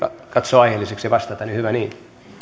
katsoo aiheelliseksi vastata niin hyvä niin